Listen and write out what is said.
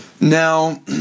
Now